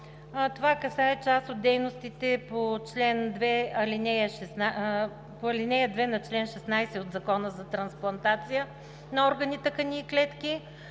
Това касае част от дейностите по чл. 16, ал. 2 от Закона за трансплантация на органи, тъкани и клетки.